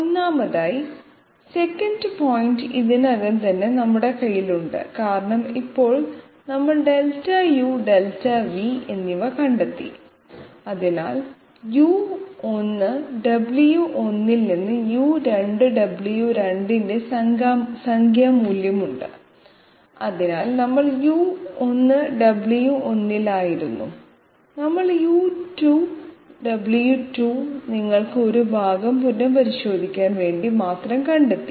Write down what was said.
ഒന്നാമതായി 2nd point ഇതിനകം തന്നെ നമ്മുടെ കൈയ്യിലുണ്ട് കാരണം ഇപ്പോൾ നമ്മൾ Δu Δv എന്നിവ കണ്ടെത്തി അതിനാൽ u1 w1 ൽ നിന്ന് u2 w2 ന്റെ സംഖ്യാ മൂല്യമുണ്ട് അതിനാൽ നമ്മൾ u1 w1 ൽ ആയിരുന്നു നമ്മൾ u2 w2 നിങ്ങൾക്ക് ഒരു ഭാഗം പുനഃപരിശോധിക്കാൻ വേണ്ടി മാത്രം കണ്ടെത്തി